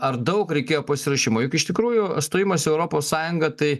ar daug reikėjo pasiruošimo juk iš tikrųjų stojimas į europos sąjungą tai